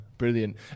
Brilliant